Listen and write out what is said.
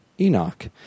Enoch